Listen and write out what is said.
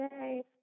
yay